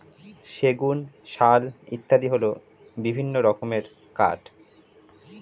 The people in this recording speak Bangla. সেগুন, শাল ইত্যাদি হল বিভিন্ন রকমের কাঠ